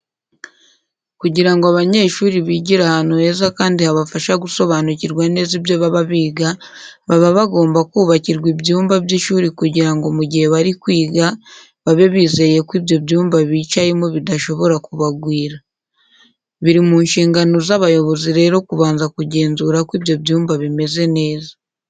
Kugira ngo abanyeshuri bigire ahantu heza kandi habafasha gusobanukirwa neza ibyo baba biga, baba bagomba kubakirwa ibyumba by'ishuri kugira ngo mu gihe bari kwiga babe bizeye ko ibyo byumba bicayemo bidashobora kubagwira. Biri mu nshingano z'abayobozi rero kubanza kugenzura ko ibyo byumba bimeze neza.